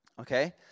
okay